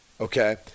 okay